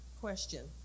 Question